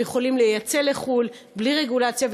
הם יכולים לייצא לחו"ל בלי רגולציה,